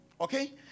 okay